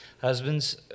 Husbands